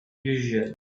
usual